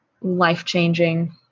life-changing